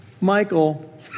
Michael